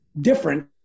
different